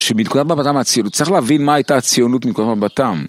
שבנקודת מבטם הציונות, צריך להבין מה הייתה הציונות בנקודת מבטם.